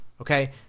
Okay